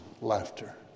laughter